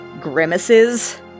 grimaces